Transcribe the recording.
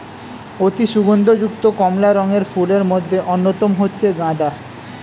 অতি সুগন্ধ যুক্ত কমলা রঙের ফুলের মধ্যে অন্যতম হচ্ছে গাঁদা